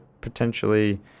potentially